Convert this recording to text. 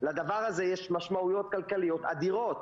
לדבר הזה יש משמעויות כלכליות אדירות,